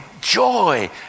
joy